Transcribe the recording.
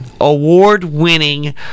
award-winning